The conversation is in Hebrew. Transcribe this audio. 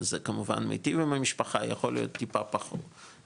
זה כמובן מטיב עם המשפחה, יכול להיות טיפה פחות,